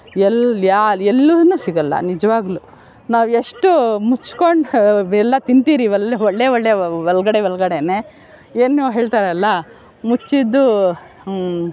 ಎಲ್ಲಿ ಯಾಲ್ ಎಲ್ಲೂ ಸಿಗಲ್ಲ ನಿಜವಾಗ್ಲೂ ನಾವು ಎಷ್ಟು ಮುಚ್ಕೊಂಡು ಎಲ್ಲ ತಿಂತೀರಿ ಒಳ್ಳೆ ಒಳ್ಳೆ ಒಳಗಡೆ ಒಳಗಡೆನೆ ಏನು ಹೇಳ್ತಾರಲ್ಲ ಮುಚ್ಚಿದ್ದು